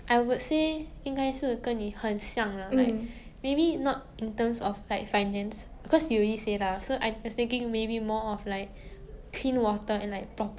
no matter how much money you have right if you don't have like proper water like in those third world country 他们的水是那种 longkang 水 you know then it's like